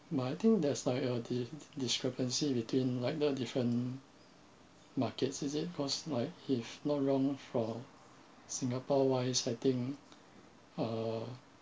but I think there's like uh di~ discrepancy between like the different markets is it cause like if not wrong for singapore wise I think uh